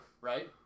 right